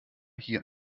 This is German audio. hier